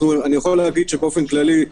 באופן כללי,